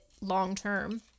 long-term